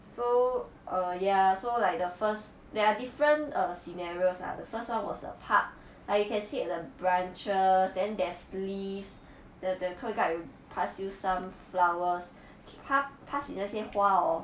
so err yeah so like the first there are different err scenarios lah the first one was a park like you can see the branches then there's leaves the the tour guide will pass you some flowers 他 pass 那些花 hor